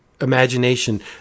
imagination